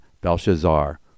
Belshazzar